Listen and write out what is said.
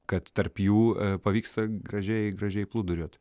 kad tarp jų pavyksta gražiai gražiai plūduriuot